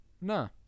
no